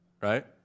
Right